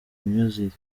music